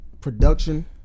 Production